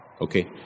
Okay